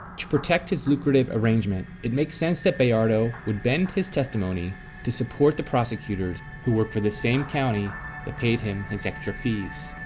to protect his lucrative arrangement it makes sense that bayardo would bend his testimony to support the prosecutors who work for the same county that paid him his extra fees.